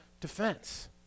defense